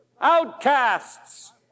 Outcasts